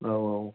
औ औ